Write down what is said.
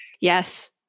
yes